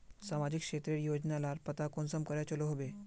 सामाजिक क्षेत्र रेर योजना लार पता कुंसम करे चलो होबे?